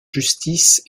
justice